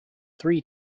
three